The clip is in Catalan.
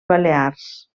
balears